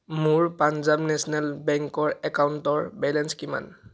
মোৰ পাঞ্জাব নেচনেল বেংকৰ একাউণ্টৰ বেলেঞ্চ কিমান